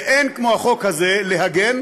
ואין כמו החוק הזה להגן